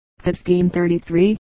1533